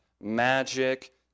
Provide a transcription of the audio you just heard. magic